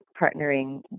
partnering